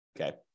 Okay